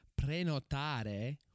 prenotare